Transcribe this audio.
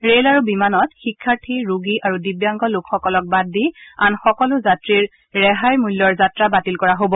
rail আৰু বিমানত শিক্ষাৰ্থী ৰোগী আৰু দিব্যাংগ লোকসকলক বাদ দি আন সকলো যাত্ৰীৰ ৰেহাই মূল্যৰ যাত্ৰা বাতিল কৰা হ'ব